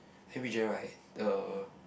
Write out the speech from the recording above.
then we dreamt right the